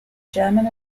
german